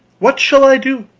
what shall i do?